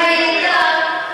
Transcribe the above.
בסוריה,